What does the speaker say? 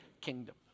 kingdom